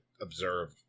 observe